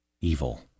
evil